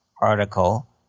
article